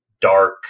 dark